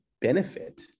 benefit